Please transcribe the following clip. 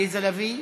עליזה לביא,